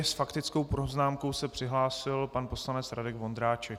S faktickou poznámkou se přihlásil pan poslanec Radek Vondráček.